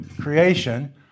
creation